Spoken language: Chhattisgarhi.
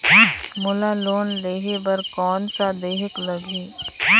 मोला लोन लेहे बर कौन का देहेक लगही?